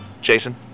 Jason